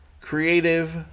creative